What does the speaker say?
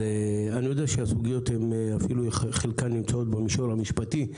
אני יודע שאפילו חלקן של הסוגיות נמצאות במישור המשפטי,